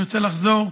אני רוצה לחזור,